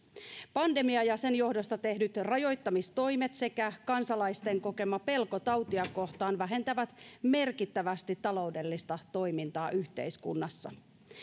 pandemia ja sen johdosta tehdyt rajoittamistoimet sekä kansalaisten kokema pelko tautia kohtaan vähentävät merkittävästi taloudellista toimintaa yhteiskunnassa